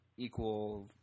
equal